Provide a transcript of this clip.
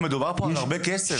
מדובר פה על הרבה כסף.